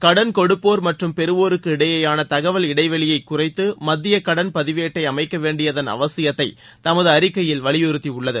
கடன் கொடுப்போர் மற்றும் பெறுவோருக்கு இடையேயான தகவல் இடைவெளியை குறைத்து மத்திய கடன் பதிவேட்டை அமைக்க வேண்டியதன் அவசியத்தை தமது அறிக்கையில் வலியுறுத்தியுள்ளது